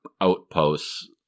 outposts